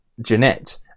Jeanette